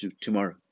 Tomorrow